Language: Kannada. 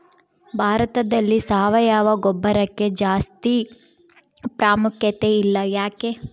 ಭಾರತದಲ್ಲಿ ಸಾವಯವ ಗೊಬ್ಬರಕ್ಕೆ ಜಾಸ್ತಿ ಪ್ರಾಮುಖ್ಯತೆ ಇಲ್ಲ ಯಾಕೆ?